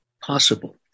possible